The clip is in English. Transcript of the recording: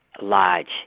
large